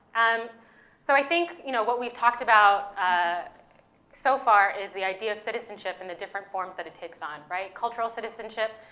um so i think, you know, what we've talked about ah so far is the idea of citizenship, and the different forms that it takes on, right? cultural citizenship,